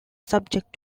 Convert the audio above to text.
subject